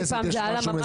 פעם זה עלה ממש יקר.